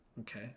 Okay